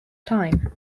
time